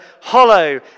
hollow